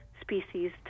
species